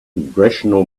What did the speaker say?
congressional